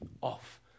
off